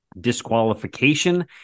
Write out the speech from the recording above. disqualification